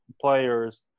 players